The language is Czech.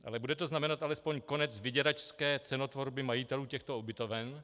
Ale bude to znamenat alespoň konec vyděračské cenotvorby majitelů těchto ubytoven?